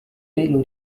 pelo